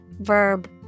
verb